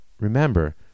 remember